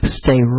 stay